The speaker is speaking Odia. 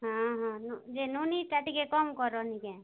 ହଁ ହଁ ଯେ ନନୀଟା ଟିକିଏ କମ କର ଟିକିଏ